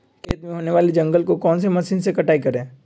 खेत में होने वाले जंगल को कौन से मशीन से कटाई करें?